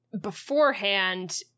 beforehand